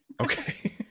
Okay